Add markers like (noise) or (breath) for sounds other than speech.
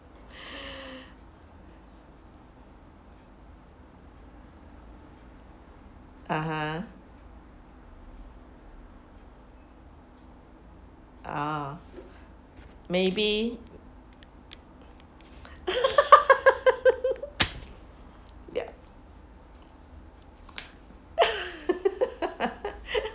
(breath) (uh huh) ah maybe (laughs) ya (laughs)